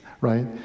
right